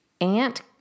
ant